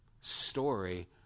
story